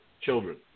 children